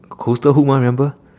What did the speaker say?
costal hook mah remember